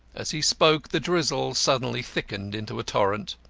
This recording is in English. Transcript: as he spoke the drizzle suddenly thickened into a torrent.